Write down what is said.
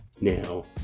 Now